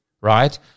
right